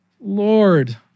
Lord